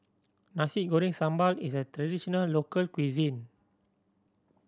Nasi Goreng Sambal is a traditional local cuisine